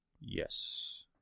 Yes